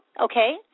okay